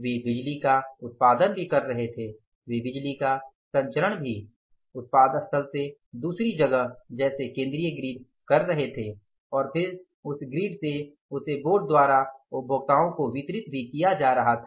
वे बिजली का उत्पादन भी कर रहे थे वे बिजली का संचरण भी उत्पादन स्थल से दूसरी जगह जैसे केंद्रीय ग्रिड कर रहे थे और फिर उस ग्रिड से उस बोर्ड द्वारा उपभोक्ताओं को वितरित किया जा रहा था